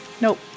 Nope